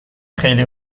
خیلی